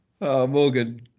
Morgan